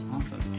awesome.